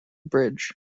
bridge